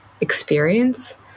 experience